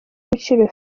ibiciro